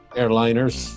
airliners